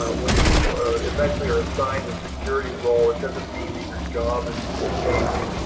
ah when you eventually are assigned a security role, it doesn't mean that your job is changing.